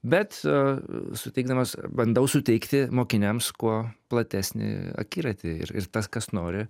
bet suteikdamas bandau suteikti mokiniams kuo platesnį akiratį ir ir tas kas nori